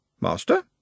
Master